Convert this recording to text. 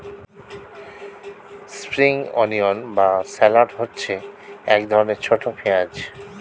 spring onion বা shallot হচ্ছে এক ধরনের ছোট পেঁয়াজ